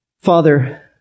Father